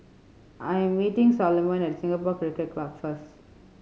I am meeting Solomon at Singapore Cricket Club first